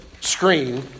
screen